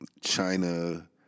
China